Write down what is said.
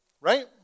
Right